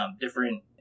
different